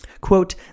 Quote